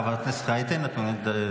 חברת הכנסת רייטן, את מוותרת?